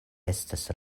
estas